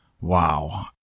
wow